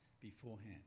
beforehand